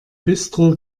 bistro